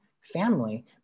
family